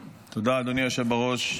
בראש.